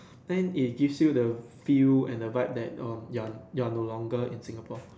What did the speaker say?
then it gives you the feel and the vibe that oh you're you're no longer in Singapore